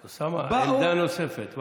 אוסאמה, עמדה נוספת.